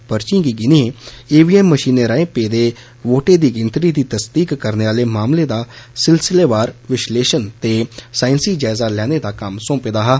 ज् पर्चियें गी गिनिये म्टड मषीन राएं पेदे वोटें दी गिनतरी दी तसदीक करने आले मामले दा सिलसिलेवार विष्लेशण ते सांझी जायज़ा लैने दा कम्म सौंपे दा हा